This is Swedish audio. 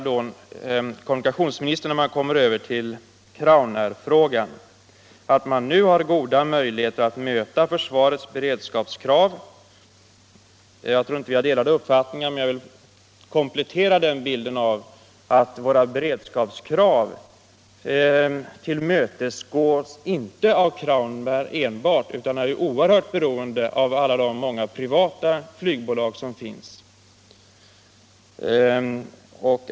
Ga Kommunikationsministern menar vidare när det gäller Crownairfrågan att man nu har goda möjligheter att möta försvarets beredskapskrav. Jag tror inte att vi har delade uppfattningar här, men jag vill komplettera 149 gens ekonomiska förhållanden den bilden med att våra beredskapskrav inte tillmötesgås enbart av Crownair, utan vi är oerhört beroende av alla de privata flygbolag som finns.